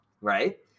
right